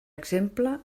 exemple